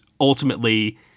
ultimately